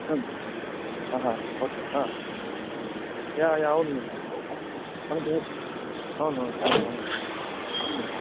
ఆహా okay yeah yeah అవును అవును అవును అవును అవును